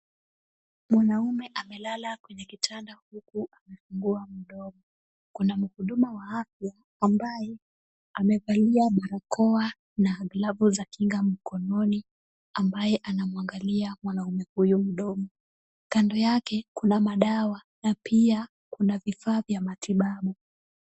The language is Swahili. Mwanamume amelala kwenye kitanda huku amefungua mdomo. Kuna mhudumu wa afya ambaye amevalia barakoa na glavu za kinga mkononi, ambaye anamwangalia mwanamume huyu mdomo. Kando yake kuna madawa na pia kuna vifaa vya matibabu.